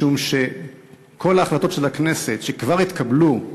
משום שכל ההחלטות של הכנסת, שכבר התקבלו,